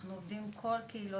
אנחנו עובדים עם כל הקהילות,